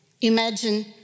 imagine